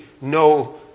no